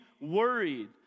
worried